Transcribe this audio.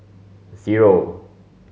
zero